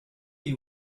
you